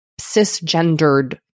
cisgendered